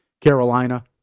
Carolina